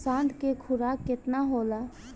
साँढ़ के खुराक केतना होला?